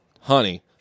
honey